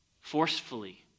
forcefully